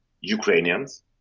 Ukrainians